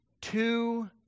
two